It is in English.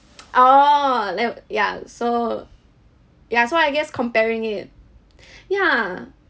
oh like ya so ya so I guess comparing it ya